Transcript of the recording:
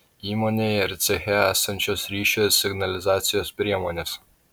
įmonėje ir ceche esančios ryšio ir signalizacijos priemonės